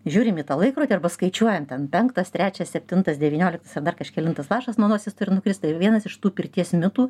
žiūrim į tą laikrodį arba skaičiuojam ten penktas trečias septintas devynioliktas ar dar kažkelintas lašas nuo nosies turi nukrist tai yra vienas iš tų pirties mitų